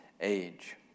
age